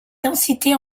densités